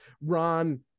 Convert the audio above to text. Ron